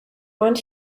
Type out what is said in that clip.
want